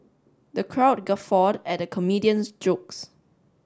the crowd guffawed at the comedian's jokes